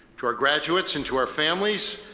to our graduates and to our families,